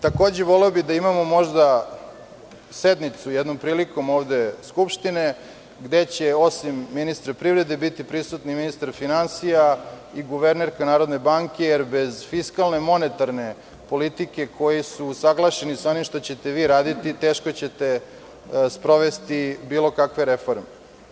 Takođe, voleo bih da imamo sednicu Skupštine jednom prilikom ovde, gde će osim ministra privrede biti prisutni ministar finansija i guvernerka NBS, jer bez fiskalne monetarne politike, koji su usaglašeni sa onim što ćete vi raditi, teško ćete sprovesti bilo kakve reforme.